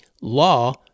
law